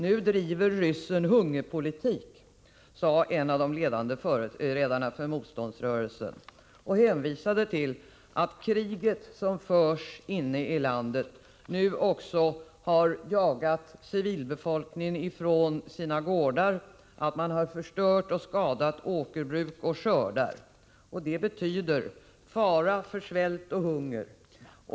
Nu driver ryssen hungerpolitik, sade en av de ledande företrädarna för motståndsrörelsen och hänvisade till att kriget som förs inne i landet nu också har jagat människorna i civilbefolkningen från deras gårdar, att man har förstört och skadat åkerbruk och skördar. Det betyder fara för svält och hunger.